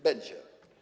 Będzie.